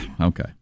Okay